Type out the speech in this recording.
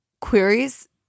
queries